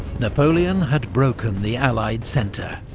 napoleon had broken the allied centre.